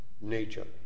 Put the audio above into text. nature